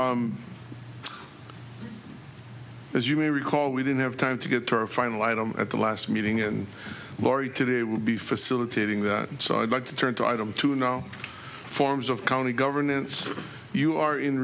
and as you may recall we didn't have time to get to our final item at the last meeting and laurie today will be facilitating that so i'd like to turn to item two no forms of county governance you are in